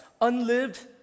unlived